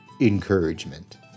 encouragement